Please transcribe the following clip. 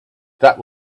that